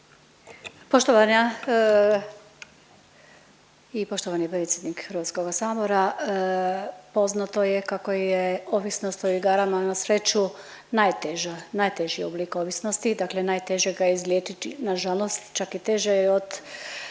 Poštovana i poštovani predsjednik Hrvatskoga sabora, poznato je kako je ovisnost o igrama na sreću najteža, najteži oblik ovisnosti. Dakle najteže ga je izliječiti na žalost, čak i teže od